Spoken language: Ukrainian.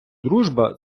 дружба